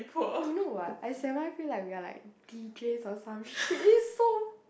you know what I semi feel like we are like deejays or some shit is so